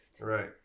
Right